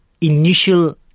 initial